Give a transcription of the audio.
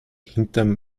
hinterm